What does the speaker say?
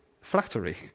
Flattery